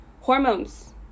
Hormones